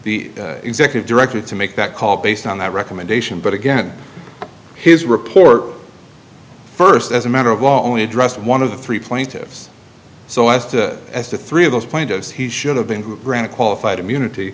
the executive director to make that call based on that recommendation but again his report first as a matter of law only addressed one of the three plaintiffs so as to as to three of those plaintiffs he should have been who granted qualified immunity